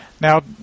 Now